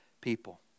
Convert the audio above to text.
people